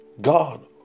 God